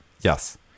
Yes